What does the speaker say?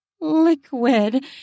liquid